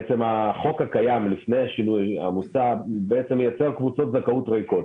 החוק הקיים לפני השינוי מייצר קבוצות זכאות ריקות.